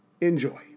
Enjoy